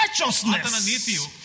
righteousness